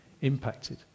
impacted